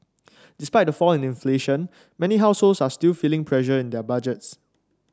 despite the fall in inflation many households are still feeling pressure in their budgets